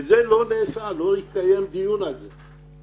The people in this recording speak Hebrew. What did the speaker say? וזה לא נעשה ולא התקיים דיון על זה.